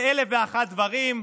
באלף ואחד דברים.